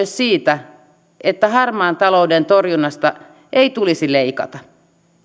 siitä että harmaan talouden torjunnasta ei tulisi leikata